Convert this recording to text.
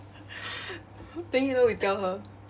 then you know we tell her